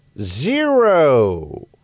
Zero